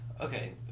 okay